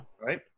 Right